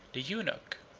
the eunuch,